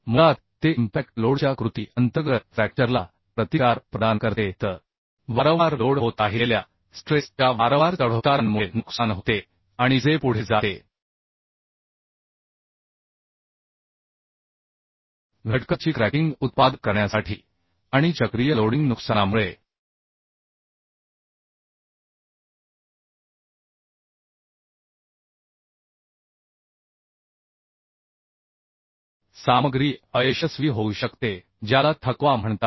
मुळात ते इम्पॅक्ट लोडच्या कृती अंतर्गत फ्रॅक्चरला प्रतिकार प्रदान करते तर हा एक गुणधर्म दुसरा म्हणजे थकवा म्हणजे वारंवार लोडिंग म्हणजे म्हणजे वारंवार लोड होत राहिलेल्या स्ट्रेस च्या वारंवार चढउतारांमुळे नुकसान होते आणि जे पुढे जाते घटकाची क्रॅकिंग उत्पादक करण्यासाठी आणि चक्रीय लोडिंग नुकसानामुळे सामग्री अयशस्वी होऊ शकते ज्याला थकवा म्हणतात